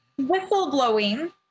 whistleblowing